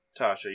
Tasha